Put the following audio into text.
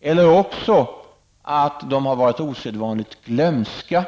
eller också har de varit osedvanligt glömska.